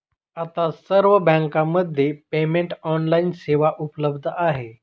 आता सर्व बँकांमध्ये पेमेंट ऑनलाइन सेवा उपलब्ध आहे